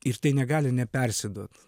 ir tai negali nepersiduot